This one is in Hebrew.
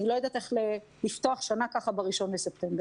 אני לא יודעת איך לפתוח שנה ככה ב-1 לספטמבר.